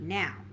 now